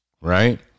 right